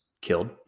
killed